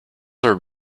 are